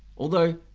although,